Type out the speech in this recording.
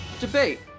debate